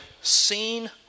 seen